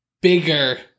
bigger